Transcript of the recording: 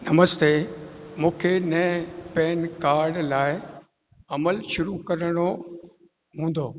नमस्ते मूंखे नए PAN card लाइ अमल शुरु करिणो हूंदो